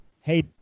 hey